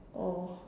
oh